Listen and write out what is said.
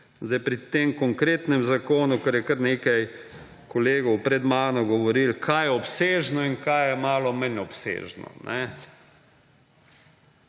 Sedaj pri tem konkretnem zakonu, ker je kar nekaj kolegov pred menoj govorilo kaj je obsežno in kaj je malo manj obsežno.